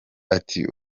ati